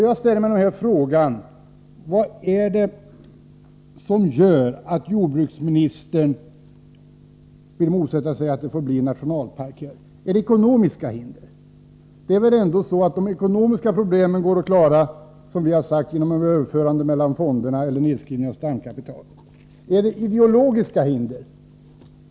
Jag ställer frågan: Vad är det som gör att jordbruksministern motsätter sig att detta område får bli nationalpark? Finns det ekonomiska hinder? De ekonomiska problemen går dock att klara genom överförande mellan fonderna eller nedskrivning av stamkapitalet. Finns det ideologiska hinder?